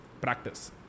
practice